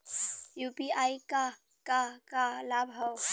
UPI क का का लाभ हव?